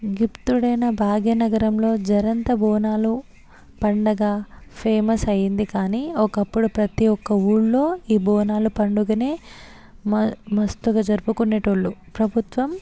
ఎత్తుడైన భాగ్యనగరంలో జరంత బోనాలు పండగ ఫేమస్ అయ్యింది కానీ ఒకప్పుడు ప్రతి ఒక్క ఊర్లో ఈ బోనాలు పండుగనే మ మస్తుగా జరుపుకునేటోళ్ళు ప్రభుత్వం